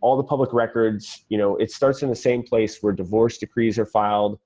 all the public records. you know it starts in the same place where divorce decrees are filed,